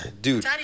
Dude